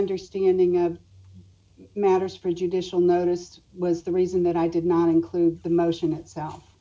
understanding of matters for judicial notice was the reason that i did not include the motion itself